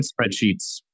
spreadsheets